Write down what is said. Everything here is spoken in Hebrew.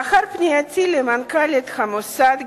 לאחר פנייתי למנכ"לית המוסד,